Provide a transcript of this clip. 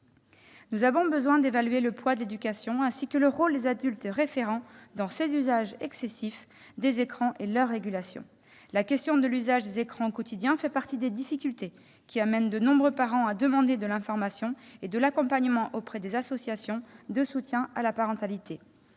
Nous avons besoin d'évaluer le poids de l'éducation, ainsi que le rôle des adultes référents dans les usages excessifs des écrans et leur régulation. La question de l'usage des écrans au quotidien fait partie des difficultés qui conduisent de nombreux parents à demander de l'information et de l'accompagnement auprès des associations de soutien à la parentalité.